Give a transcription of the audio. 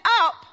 up